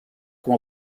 com